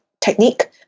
technique